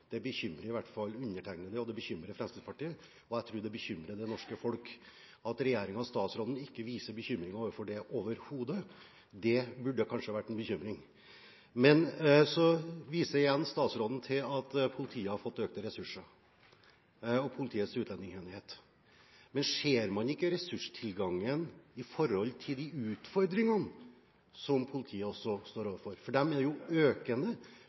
Det bekymrer i hvert fall undertegnede, og det bekymrer Fremskrittspartiet, og jeg tror det bekymrer det norske folk. At regjeringen og statsråden ikke viser bekymring over det overhodet, burde kanskje ha vært en bekymring. Så viser igjen statsråden til at politiet og Politiets utlendingsenhet har fått økte ressurser. Men ser man ikke ressurstilgangen i forhold til de utfordringene som politiet også står overfor, for de er jo økende?